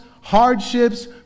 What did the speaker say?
hardships